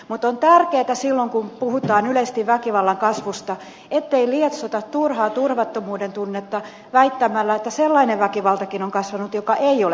mutta on tärkeätä silloin kun puhutaan yleisesti väkivallan kasvusta ettei lietsota turhaa turvattomuuden tunnetta väittämällä että sellainen väkivaltakin on kasvanut joka ei ole kasvanut